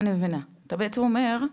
אופיר, אתה בעצם אומר,